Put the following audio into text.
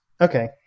Okay